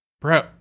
Bro